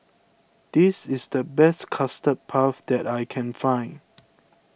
this is the best Custard Puff that I can find